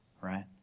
right